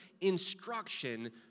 instruction